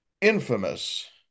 infamous